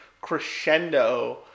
crescendo